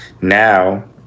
now